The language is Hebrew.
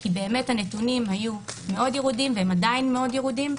כי הנתונים היו מאוד ירודים והם עדיין מאוד ירודים,